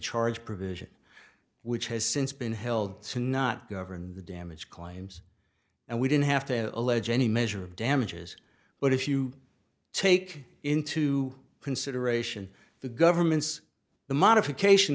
charge provision which has since been held to not govern the damage claims and we don't have to allege any measure of damages but if you take into consideration the government's the modification